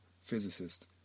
physicist